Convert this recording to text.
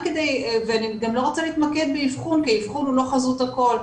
ואני גם לא רוצה להתמקד באבחון כי האבחון הוא לא חזות הכל.